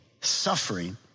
suffering